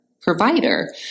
provider